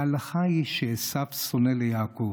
בהלכה היא שעשיו שונא ליעקב.